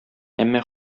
әмма